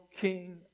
king